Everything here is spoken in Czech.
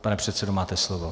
Pan předsedo, máte slovo.